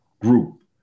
group